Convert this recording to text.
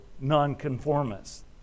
non-conformists